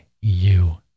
you